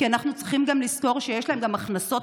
כי אנחנו צריכים לזכור שיש להן גם הכנסות,